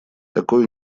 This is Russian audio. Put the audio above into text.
такой